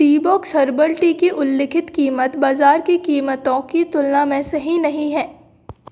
Teabox herbal tea की उल्लिखित कीमत बाज़ार की कीमतों की तुलना में सही नहीं है